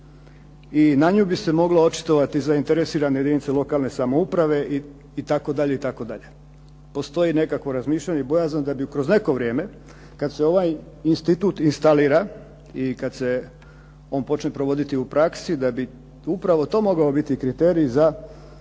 i na nju bi se moglo očitovati zainteresirane jedinice lokalne samouprave itd. itd. Postoji nekakvo razmišljanje i bojazan da bi kroz neko vrijeme kad se ovaj institut instalira i kad se on počne provoditi u praksi da bi upravo to mogao biti kriterij za